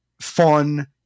fun